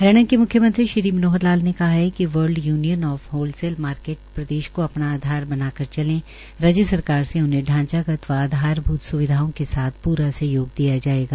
हरियाणा के म्ख्यमंत्री मनोहर लाल ने कहा है कि world union of wholesale market प्रदेश को अपना आधार बनाकर चले राज्य सरकार से उन्हें ांचागत व आधारभूत स्विधाओं के साथ पूरा सहयोग दिया जायेगा